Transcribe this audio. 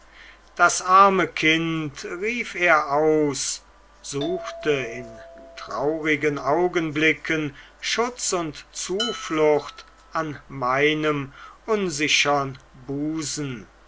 das arme kind rief er aus suchte in traurigen augenblicken schutz und zuflucht an meinem unsichern busen